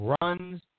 runs